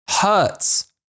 hurts